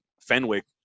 Fenwick